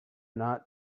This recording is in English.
not